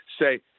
say